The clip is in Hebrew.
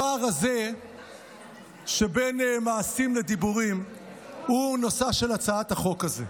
הפער הזה שבין מעשים לדיבורים הוא נושאה של הצעת החוק הזאת.